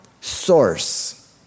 source